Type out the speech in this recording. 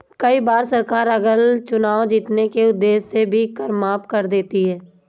कई बार सरकार अगला चुनाव जीतने के उद्देश्य से भी कर माफ कर देती है